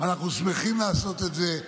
ואנחנו שמחים לעשות את זה.